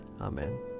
Amen